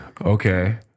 Okay